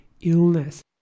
illness